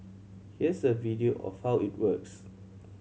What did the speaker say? here's a video of how it works